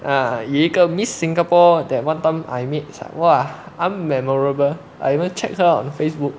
um 有一个 miss singapore that one time I meet !wah! unmemorable I haven't checked her on facebook